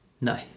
No